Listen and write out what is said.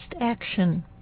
action